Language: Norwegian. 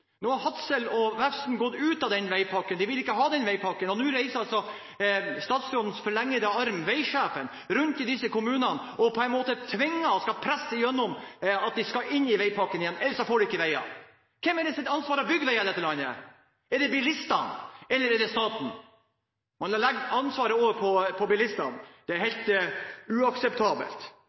Hadsel og Vefsn har nå gått ut av den veipakken, de vil ikke ha den veipakken. Nå reiser altså statsrådens forlengede arm, veisjefen, rundt i disse kommunene og på en måte tvinger og presser igjennom at de skal inn i veipakken igjen – ellers får de ikke veier. Hvem sitt ansvar er det å bygge veier i dette landet? Er det bilistene, eller er det staten? Man legger ansvaret over på bilistene. Det er helt uakseptabelt.